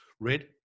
Red